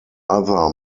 other